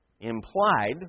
Implied